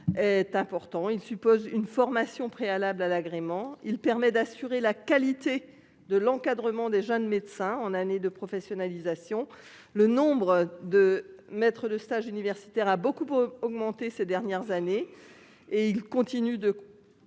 Est important. Il suppose une formation préalable à l'agrément. Il permet d'assurer la qualité de l'encadrement des jeunes médecins en année de professionnalisation. Le nombre de maître de stage universitaire a beaucoup pour augmenter ces dernières années. Et il continue de.